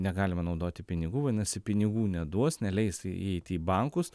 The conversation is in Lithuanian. negalima naudoti pinigų vadinasi pinigų neduos neleis įeiti į bankus